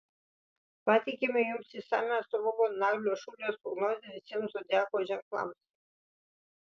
pateikiame jums išsamią astrologo naglio šulijos prognozę visiems zodiako ženklams